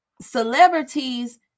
celebrities